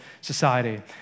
society